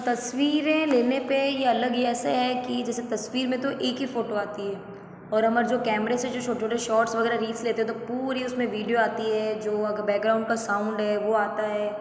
तस्वीरें लेने पर ये अलग ही ऐसे है कि जैसे तस्वीर में तो एक ही फोटो आती है और हमारे जो कैमरे से जो छोटे छोटे शॉर्ट्स वगैरह रील्स लेते हैं तो पूरी उसमें वीडियो आती है जो अगर बैकग्राउंड का साउंड है वो आता है